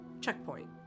checkpoint